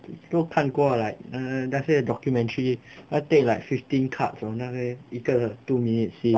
都看过 like 那那些 documentary 那电影 like fifty cut on 那些一个 two minutes scene